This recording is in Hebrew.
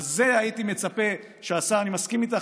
על זה הייתי מצפה שהשר ------ עלייה --- אני מסכים איתך,